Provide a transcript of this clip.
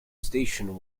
station